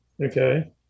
Okay